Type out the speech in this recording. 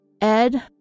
Ed